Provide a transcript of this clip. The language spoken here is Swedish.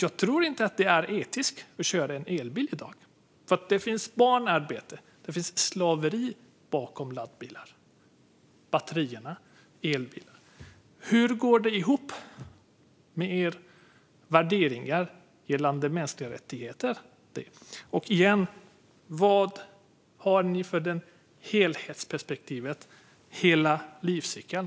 Det är inte etiskt att köra en elbil i dag, för det finns barnarbete och slaveri bakom laddbilar - bakom batterierna i elbilar. Hur går det ihop med era värderingar gällande mänskliga rättigheter, Daniel Helldén? Och igen: Vad har ni för helhetsperspektiv när det gäller hela livscykeln?